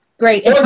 great